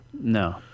no